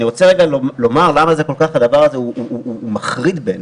אני רוצה לומר למה זה כל כך מחריד בעיניי.